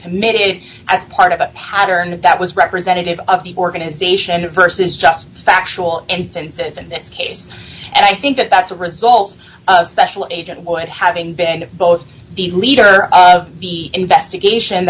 committed as part of a pattern that was representative of the organization versus just factual instances in this case and i think that that's a result of special agent or at having been both the leader of the investigation